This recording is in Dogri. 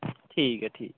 ठीक ऐ ठीक ऐ